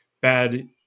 bad